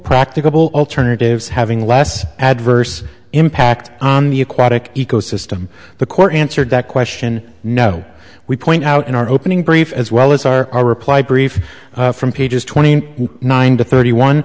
practicable alternatives having less adverse impact on the aquatic ecosystem the court answered that question no we point out in our opening brief as well as our our reply brief from pages twenty nine to thirty one